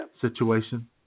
situation